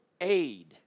aid